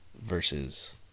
versus